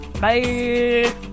Bye